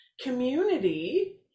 community